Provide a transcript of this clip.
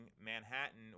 Manhattan